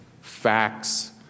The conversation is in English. Facts